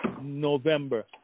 November